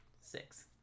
six